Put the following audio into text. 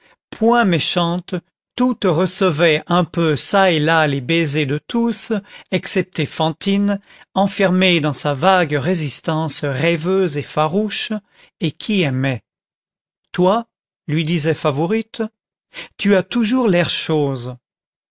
point méchantes toutes recevaient un peu çà et là les baisers de tous excepté fantine enfermée dans sa vague résistance rêveuse et farouche et qui aimait toi lui disait favourite tu as toujours l'air chose